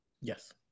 Yes